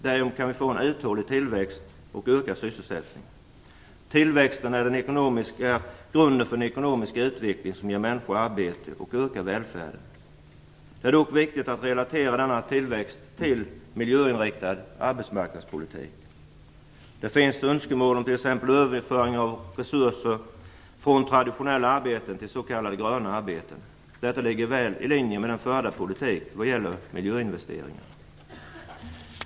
Därigenom kan vi få en uthållig tillväxt och öka sysselsättningen. Tillväxten är grunden för den ekonomiska utveckling som ger människor arbete och ökar välfärden. Det är dock viktigt att relatera denna tillväxt till en miljöinriktad arbetsmarknadspolitik. Det finns t.ex. önskemål om överföring av resurser från traditionella arbeten till s.k. gröna arbeten. Detta ligger väl i linje med den förda politiken när det gäller miljöinvesteringar.